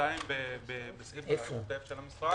ושתיים בסעיף השוטף של המשרד.